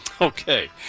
Okay